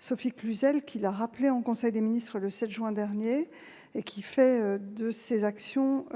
Sophie Cluzel, qui l'a rappelé en conseil des ministres le 7 juin dernier et qui fait de ces actions